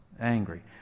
angry